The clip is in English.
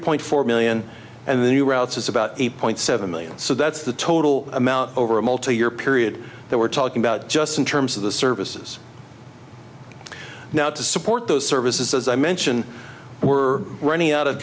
point four million and the new routes is about eight point seven million so that's the total amount over a multi year period that we're talking about just in terms of the service now to support those services as i mention we're running out of